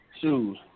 Shoes